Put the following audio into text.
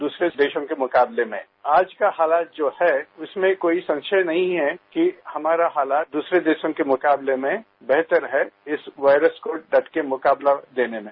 दूसरे देशों के मुकाबले में आज का हालात जो हैं उसमें कोई संशय नहीं है कि हमारा हालात दूसरे देशों के मुकाबले में वेहतर है इस वायरस को डटकर मुकाबला देने में